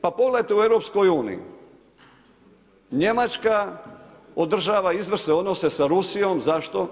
Pa pogledajte u EU-u, Njemačka održava izvrsne odnose sa Rusijom, zašto?